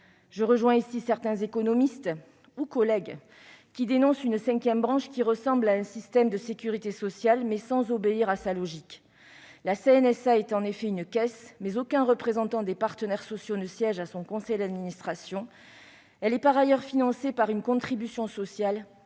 Je rejoins ici certains économistes ou collègues, qui dénoncent une cinquième branche ressemblant à un système de sécurité sociale, mais sans obéir à sa logique. La CNSA est en effet une caisse, mais aucun représentant des partenaires sociaux ne siège à son conseil d'administration. Elle est par ailleurs financée par une contribution sociale